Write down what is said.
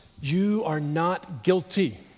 you-are-not-guilty